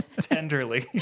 Tenderly